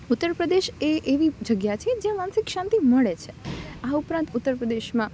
ઉત્તર પ્રદેશ એ એવી જગ્યા છે જ્યાં માનસિક શાંતિ મળે છે આ ઉપરાંત ઉત્તર પ્રદેશમાં